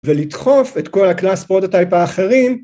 ‫ולדחוף את כל הקלאס פרוטאטייפ האחרים.